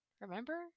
remember